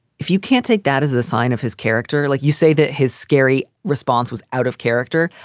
if you can't take that as a sign of his character, like you say, that his scary response was out of character,